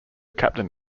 captain